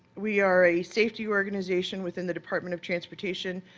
we are a safety organization within the department of transportation,